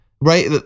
right